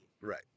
Right